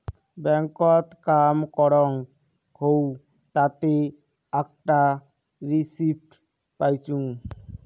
ব্যাংকত কাম করং হউ তাতে আকটা রিসিপ্ট পাইচুঙ